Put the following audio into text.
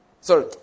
Sorry